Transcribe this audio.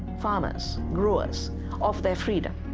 farmers, growers off their freedom,